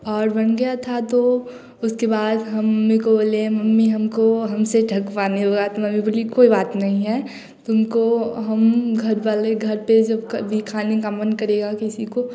और बन गया था तो उसके बाद हम मम्मी को बोले मम्मी हमसे ठोक्वा नहीं बनता मम्मी बोली कोई बात नही है तुमको हम घरवाले घर पर जब भी खाने का मन करेगा किसी को